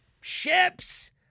ships